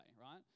right